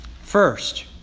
First